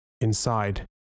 inside